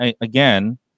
again